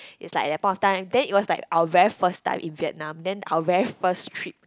it's like at that point of time then it was like our very first time in Vietnam then our very first trip